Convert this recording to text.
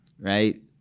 right